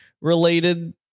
related